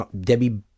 Debbie